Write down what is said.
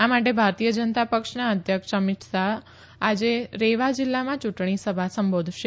આ માટે ભારતીય જનતા પક્ષના અધ્યક્ષ અમિત શાહ આજે રેવા જીલ્લામાં યુંટણી સભા સંબોધશે